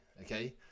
okay